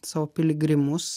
savo piligrimus